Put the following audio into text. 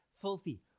filthy